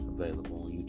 available